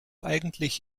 eigentlich